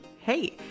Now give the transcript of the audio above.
Hey